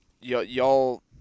y'all